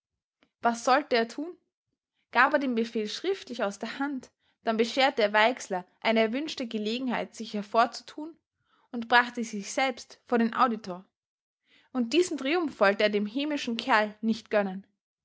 was sollte er tun gab er den befehl schriftlich aus der hand dann bescherte er weixler eine erwünschte gelegenheit sich hervorzutun und brachte sich selbst vor den auditor und diesen triumph wollte er dem hämischen kerl nicht gönnen